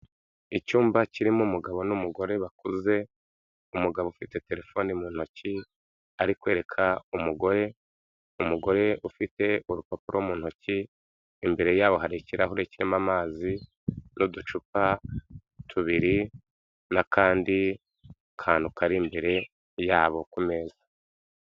Icyumba kirimo umugabo n'umugore bakuze, umugabo ufite telefone mu ntoki ari kwereka umugore, umugore ufite urupapuro mu ntoki, imbere yabo hari ikirahure kirimo amazi n'uducupa tubiri n'akandi kantu kari imbere yabo ku meza.